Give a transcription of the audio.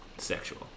Sexual